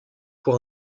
pour